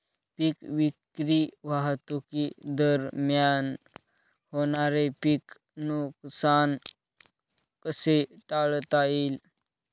पीक विक्री वाहतुकीदरम्यान होणारे पीक नुकसान कसे टाळता येईल?